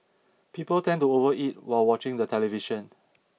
people tend to overeat while watching the television